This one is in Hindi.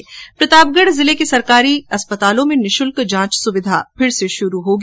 ्र प्रतापगढ़ जिले के सरकारी चिकित्सालयों में निःशुल्क जांच सुविधा फिर से शुरु होगी